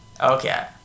Okay